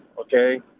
okay